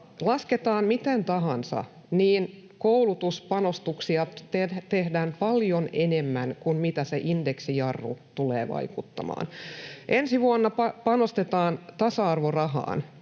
lasketaan miten tahansa, niin koulutuspanostuksia tehdään paljon enemmän kuin mitä se indeksijarru tulee vaikuttamaan. Ensi vuonna panostetaan tasa-arvorahaan